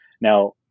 now